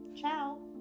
Ciao